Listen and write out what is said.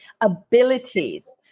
abilities